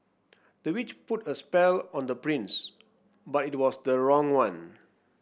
the witch put a spell on the prince but it was the wrong one